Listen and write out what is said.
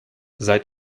seit